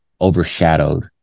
overshadowed